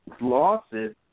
losses